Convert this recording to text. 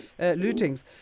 lootings